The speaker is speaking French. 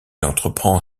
entreprend